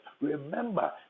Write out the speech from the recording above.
Remember